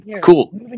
cool